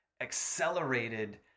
accelerated